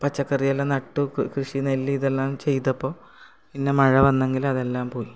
പച്ചക്കറിയെല്ലാം നട്ടു കൃഷി നെല്ല് ഇതെല്ലാം ചെയ്തപ്പോൾ പിന്നെ മഴ വന്നെങ്കിലും അതെല്ലാം പോയി